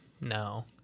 No